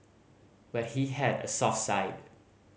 but he had a soft side